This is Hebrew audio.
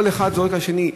כל אחד זורק לשני.